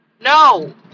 no